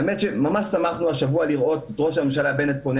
האמת שממש שמחנו השבוע לראות את ראש הממשלה בנט פונה